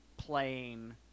Playing